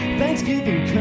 Thanksgiving